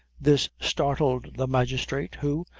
this startled the magistrate, who,